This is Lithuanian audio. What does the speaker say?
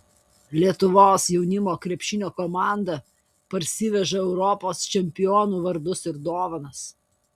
lietuvos jaunimo krepšinio komanda parsiveža europos čempionų vardus ir dovanas